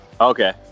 Okay